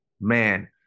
man –